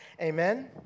Amen